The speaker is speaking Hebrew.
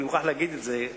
אבל אני מוכרח להגיד את זה,